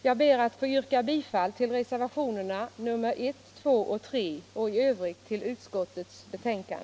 Jag ber att få yrka bifall till reservationerna 1, 2, 3 och i Övrigt till utskottets hemställan.